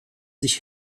sich